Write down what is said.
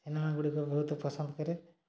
cinema ଗୁଡ଼ିକ ବହୁତ ପସନ୍ଦ କରେ